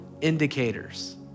indicators